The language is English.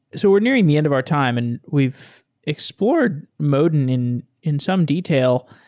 so we're nearing the end of our time, and we've explored modin in in some detail.